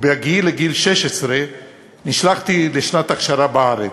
ובהגיעי לגיל 16 נשלחתי לשנת הכשרה בארץ.